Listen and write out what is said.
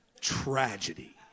tragedy